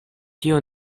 tio